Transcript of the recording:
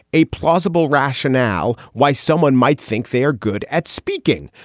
a plausible rationale why someone might think they're good at speaking.